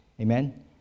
Amen